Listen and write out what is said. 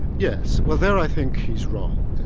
yes. well there i think he's wrong.